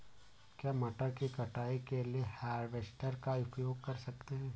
क्या मटर की कटाई के लिए हार्वेस्टर का उपयोग कर सकते हैं?